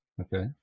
Okay